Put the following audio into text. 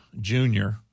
Junior